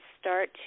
start